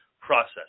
Process